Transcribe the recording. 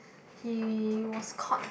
he was caught